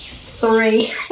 Three